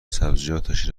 سبزیجاتش